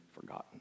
forgotten